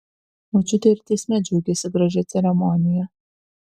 močiutė ir teisme džiaugėsi gražia ceremonija